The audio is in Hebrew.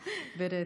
ברצף.